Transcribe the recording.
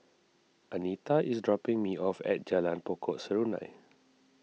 Anita is dropping me off at Jalan Pokok Serunai